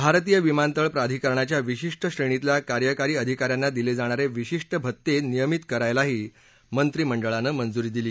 भारतीय विमानतळ प्राधिकरणाच्या विशिष्ट श्रेणीतल्या कार्यकारी अधिकाऱ्यांना दिले जाणारे विशिष्ट भत्ते नियमित करायलाही मंत्रिमंडळानं मंजुरी दिली